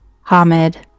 Hamid